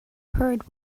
heard